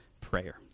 prayer